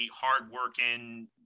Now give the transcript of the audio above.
hardworking –